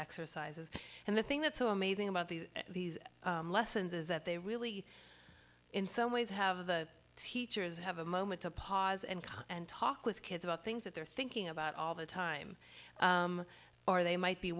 exercises and the thing that's so amazing about these these lessons is that they really in some ways have the teachers have a moment to pause and calm and talk with kids about things that they're thinking about all the time or they might be